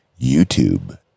YouTube